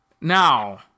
Now